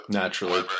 naturally